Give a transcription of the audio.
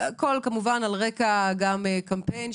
הכול כמובן על רקע גם קמפיין,